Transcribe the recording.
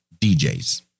DJs